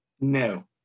No